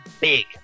big